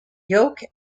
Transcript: yoke